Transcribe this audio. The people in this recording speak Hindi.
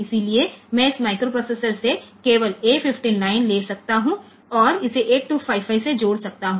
इसलिए मैं इस माइक्रोप्रोसेसर से केवल ए15 लाइन ले सकता हूं और इसे 8255 से जोड़ सकता हूं